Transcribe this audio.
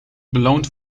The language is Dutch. beloond